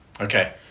Okay